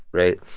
right?